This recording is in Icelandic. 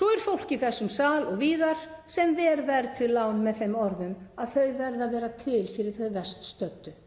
Svo er fólk í þessum sal og víðar sem ver verðtryggð lán með þeim orðum að þau verði að vera til fyrir þau verst stöddu.